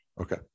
Okay